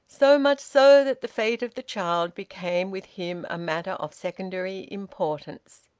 so much so that the fate of the child became with him a matter of secondary importance.